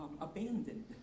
abandoned